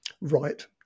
right